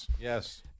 Yes